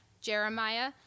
Jeremiah